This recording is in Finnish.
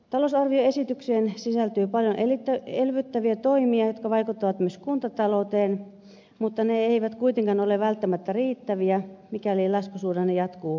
talousarvioesitykseen sisältyy paljon elvyttäviä toimia jotka vaikuttavat myös kuntatalouteen mutta ne eivät kuitenkaan ole välttämättä riittäviä mikäli laskusuhdanne jatkuu voimakkaana